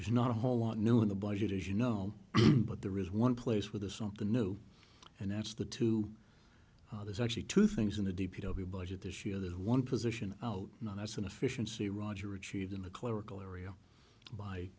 there's not a whole lot new in the budget as you know but there is one place with a something new and that's the two there's actually two things in the d p over budget this year there's one position out now that's inefficiency roger achieved in the clerical area by